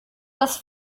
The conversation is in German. das